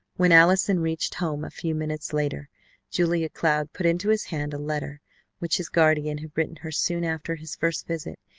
when allison reached home a few minutes later julia cloud put into his hand a letter which his guardian had written her soon after his first visit,